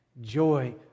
Joy